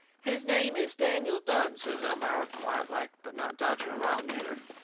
his name is daniel dunne, says elmira, quietlike, but not dodging a row, neither.